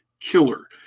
Killer